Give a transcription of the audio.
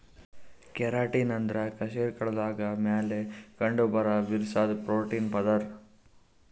keratin ಅಂದ್ರ ಕಶೇರುಕಗಳ್ದಾಗ ಮ್ಯಾಲ್ ಕಂಡಬರಾ ಬಿರ್ಸಾದ್ ಪ್ರೋಟೀನ್ ಪದರ್